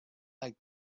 like